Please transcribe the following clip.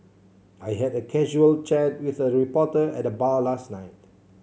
I had a casual chat with a reporter at the bar last night